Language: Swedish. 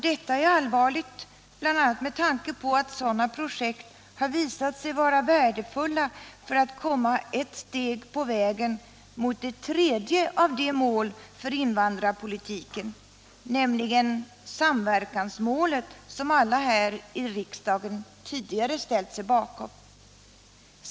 Detta är allvarligt bl.a. med tanke på att sådana projekt visat sig vara värdefulla för att komma ett steg på vägen mot det tredje av de mål för invandrarpolitiken — nämligen samverkansmålet - som alla här i riksdagen tidigare ställt sig bakom.